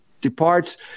departs